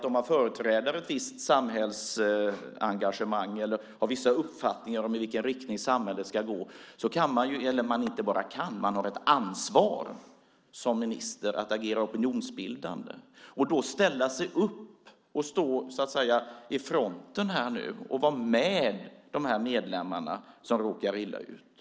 Om man företräder ett visst samhällsengagemang eller har vissa uppfattningar om i vilken riktning samhället ska gå kan man - eller man inte bara kan, man har ett ansvar - att som minister agera opinionsbildande, ställa sig upp och stå i fronten och vara med de medlemmar som råkar illa ut.